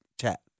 chat